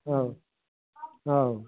औ औ